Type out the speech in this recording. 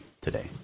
today